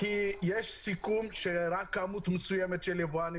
כי יש סיכום שרק כמות מסוימת של יבואנים